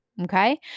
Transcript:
Okay